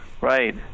Right